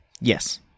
Yes